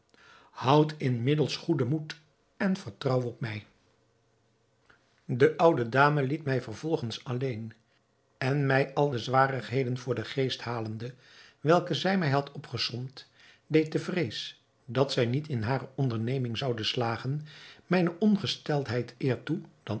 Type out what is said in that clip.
houdt inmiddels goeden moed en vertrouw op mij de oude dame liet mij vervolgens alleen en mij al de zwarigheden voor den geest halende welke zij mij had opgesomd deed de vrees dat zij niet in hare onderneming zoude slagen mijne ongesteldheid eer toe